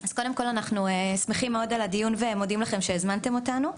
אז קודם כל אנחנו שמחים מאוד על הדיון ומודים לכם שהזמנתם אותנו,